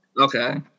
Okay